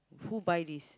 who buy this